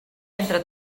entre